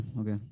okay